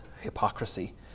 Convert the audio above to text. hypocrisy